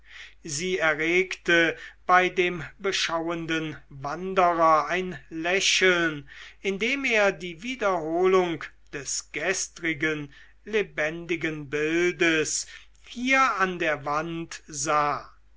sie erregte bei dem beschauenden wanderer ein lächeln indem er die wiederholung des gestrigen lebendigen bildes hier an der wand sah